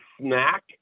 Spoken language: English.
snack